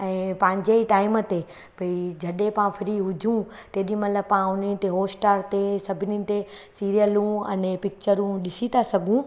ऐं पंहिंजे टाइम ते भई जॾहिं पां फ्री हुजऊं तेॾीमहिल पां उनमें हॉटस्टार ते सभिनी ते सीरियलूं अने पिकिचरूं ॾिसी था सघूं